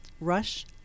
rush